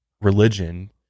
religion